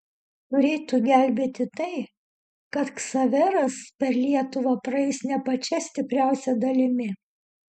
turėtų gelbėti tai kad ksaveras per lietuvą praeis ne pačia stipriausia dalimi